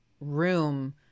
room